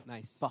Nice